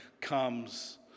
comes